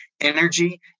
energy